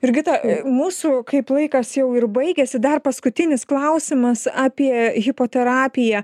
jurgita mūsų kaip laikas jau ir baigėsi dar paskutinis klausimas apie hipoterapiją